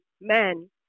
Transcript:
man